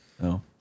No